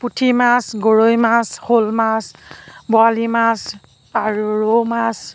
পুঠি মাছ গৰৈ মাছ শ'ল মাছ বৰালি মাছ আৰু ৰৌ মাছ